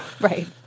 Right